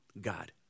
God